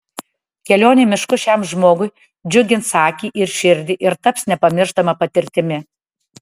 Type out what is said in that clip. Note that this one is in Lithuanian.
kelionė mišku šiam žmogui džiugins akį ir širdį ir taps nepamirštama patirtimi